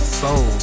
soul